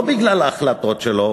לא בגלל ההחלטות שלו,